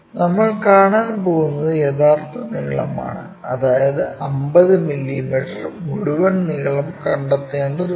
നമ്മൾ കാണാൻ പോകുന്നത് യഥാർത്ഥ നീളമാണ് അതായത് 50 മില്ലീമീറ്റർ മുഴുവൻ നീളം കണ്ടെത്തേണ്ടതുണ്ട്